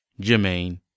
Jermaine